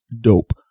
dope